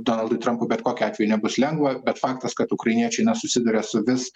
donaldui trampui bet kokiu atveju nebus lengva bet faktas kad ukrainiečiai na susiduria su vis